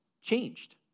changed